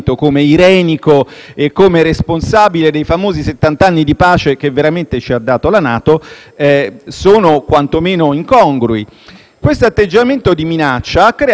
in verità ci ha dato la Nato) sono quantomeno incongrui. Questo atteggiamento di minaccia ha creato una situazione abbastanza strana.